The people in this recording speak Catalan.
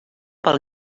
pel